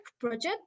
project